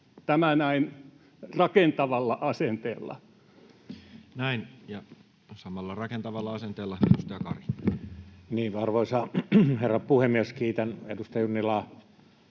Tämä näin rakentavalla asenteella. Näin. — Ja samalla rakentavalla asenteella edustaja Kari. Arvoisa herra puhemies! Kiitän edustaja Junnilaa